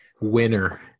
Winner